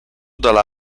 dalla